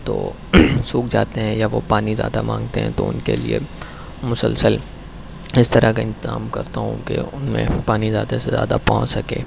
تو سوکھ جاتے ہیں یا وہ پانی زیادہ مانگتے ہیں تو ان کے لیے مسلسل اس طرح کا انتظام کرتا ہوں کہ ان میں پانی زیادہ سے زیادہ پہنچ سکے